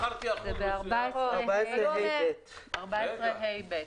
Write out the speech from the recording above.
סעיף 14ה(ב).